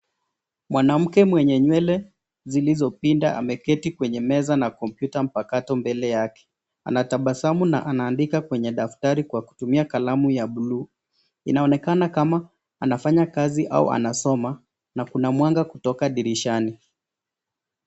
Mwanamke mwenye nywele zilizopinda ameketi kwenye meza na kompyuta mpakato mbele yake anatabasamu na anaandika kwenye daftari kwa kutumia kalamu ya bluu inaonekana anfanya kazi au anasoma na kuna mwanga kutoka dirishani.